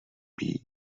být